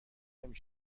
نمی